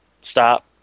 stop